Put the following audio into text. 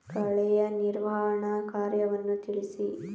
ಕಳೆಯ ನಿರ್ವಹಣಾ ಕಾರ್ಯವನ್ನು ತಿಳಿಸಿ?